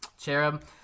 Cherub